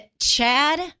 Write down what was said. Chad